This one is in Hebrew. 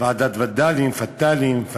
ועדת וד"לים, פת"לים, פתמ"לים.